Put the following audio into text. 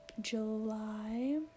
July